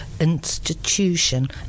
institution